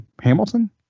Hamilton